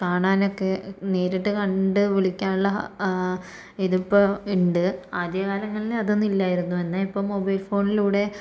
കാണാൻ ഒക്കെ നേരിട്ട് കണ്ട് വിളിക്കാനുള്ള ഇതിപ്പോൾ ഉണ്ട് ആദ്യകാലങ്ങളിൽ അതൊന്നും ഇല്ലായിരുന്നു എന്നാൽ ഇപ്പോൾ മൊബൈൽ ഫോണിലൂടെ